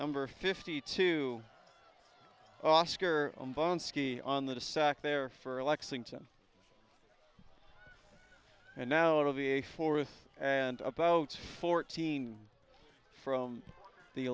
number fifty two oscar ski on the sack there for a lexington and now out of the a four with and about fourteen from the